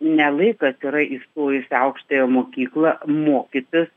ne laikas yra įstojus į aukštąją mokyklą mokytis